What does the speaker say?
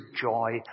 joy